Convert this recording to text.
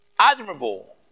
admirable